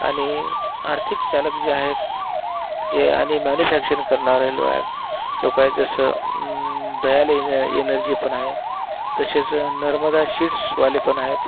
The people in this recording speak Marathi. आणि आर्थिक चालक जे आहेत जे आणि मॅन्युफॅक्चरिंग करणारे ल आहेत लोक आहेत जसं दयाल एन एनर्जी पण आहे तसेच नर्मदा सीड्सवाले पण आहेत